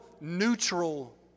neutral